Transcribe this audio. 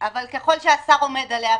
אבל ככל שהשר עומד עליה,